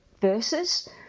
verses